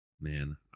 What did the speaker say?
man